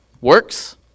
works